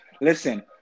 listen